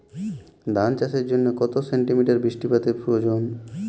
ধান চাষের জন্য কত সেন্টিমিটার বৃষ্টিপাতের প্রয়োজন?